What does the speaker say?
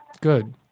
Good